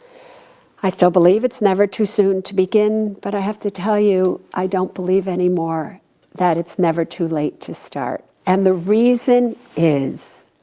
i still believe it's never too soon to begin, but i have to tell you, i don't believe anymore that it's never too late to start. and the reason is,